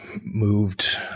moved